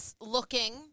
looking